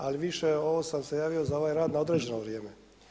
Ali više ovo sam se javio za ovaj rad na određeno vrijeme.